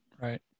right